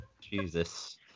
Jesus